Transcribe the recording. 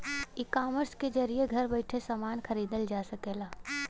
ecommerce के जरिये घर बैइठे समान खरीदल जा सकला